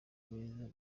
beza